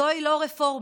זוהי לא רפורמה,